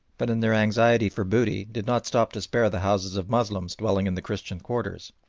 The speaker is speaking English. but in their anxiety for booty did not stop to spare the houses of moslems dwelling in the christian quarters.